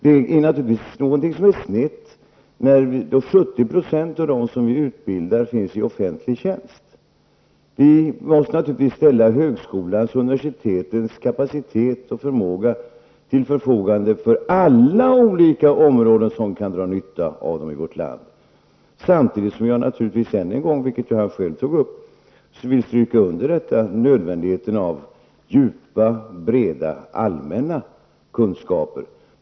Det är naturligtvis någonting som är snett när som i dag 70 % av dem som vi utbildar på högskolorna finns i offentlig tjänst. Vi måste ställa högskolans och universitetens kapacitet och förmåga till förfogande för alla olika områden i vårt land som kan dra nytta av dem. Samtidigt vill jag än en gång stryka under nödvändigheten av djupa och breda allmänna kunskaper.